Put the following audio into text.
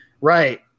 right